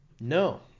No